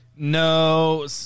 No